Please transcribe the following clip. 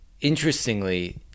interestingly